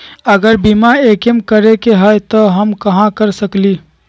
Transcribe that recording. अगर बीमा क्लेम करे के होई त हम कहा कर सकेली?